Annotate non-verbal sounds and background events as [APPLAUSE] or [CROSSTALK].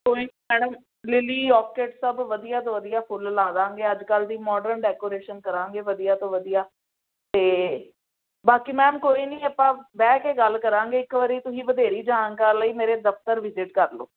ਕੋਈ ਨਹੀਂ madam lily [UNINTELLIGIBLE] ਸਭ ਵਧੀਆ ਤੋਂ ਵਧੀਆ ਫੁੱਲ ਲਾ ਦਾਂਗੇ ਅੱਜ ਕੱਲ੍ਹ ਦੀ ਮੋਡਰਨ ਡੈਕੋਰੇਸ਼ਨ ਕਰਾਂਗੇ ਵਧੀਆ ਤੋਂ ਵਧੀਆ ਅਤੇ ਬਾਕੀ ਮੈਮ ਕੋਈ ਨਹੀਂ ਆਪਾਂ ਬਹਿ ਕੇ ਗੱਲ ਕਰਾਂਗੇ ਇੱਕ ਵਾਰੀ ਤੁਸੀਂ ਵਧੇਰੇ ਜਾਣਕਾਰੀ ਲਈ ਮੇਰੇ ਦਫ਼ਤਰ ਵਿਜਿਟ ਕਰ ਲਉ